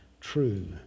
true